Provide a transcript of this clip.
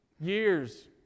years